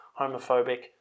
homophobic